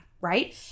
Right